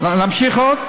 להמשיך עוד?